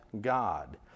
God